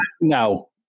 no